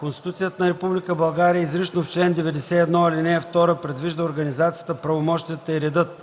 „Конституцията на Република България изрично в чл. 91, ал. 2 предвижда организацията, правомощията и редът